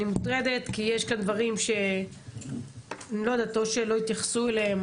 אני מוטרדת כי יש כאן דברים או שלא התייחסו אליהם,